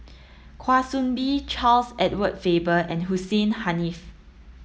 Kwa Soon Bee Charles Edward Faber and Hussein Haniff